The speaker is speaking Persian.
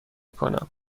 کنم